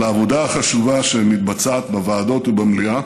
לעבודה החשובה שמתבצעת בוועדות ובמליאה,